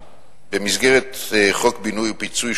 במסגרת חוק פינוי ובינוי (פיצויים),